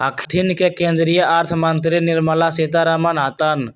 अखनि के केंद्रीय अर्थ मंत्री निर्मला सीतारमण हतन